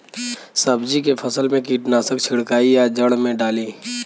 सब्जी के फसल मे कीटनाशक छिड़काई या जड़ मे डाली?